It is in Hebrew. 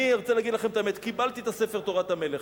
אני רוצה להגיד לכם את האמת: קיבלתי את הספר "תורת המלך".